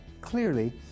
clearly